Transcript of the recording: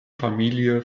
familie